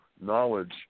knowledge